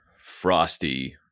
frosty